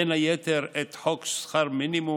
ובין היתר את חוק שכר מינימום,